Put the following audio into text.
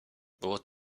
było